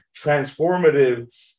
transformative